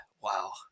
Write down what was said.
Wow